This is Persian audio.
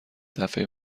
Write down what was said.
دفعه